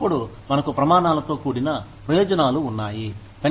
అప్పుడు మనకు ప్రమాణాలతో కూడిన ప్రయోజనాలు ఉన్నాయి